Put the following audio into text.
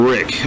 Rick